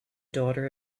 daughter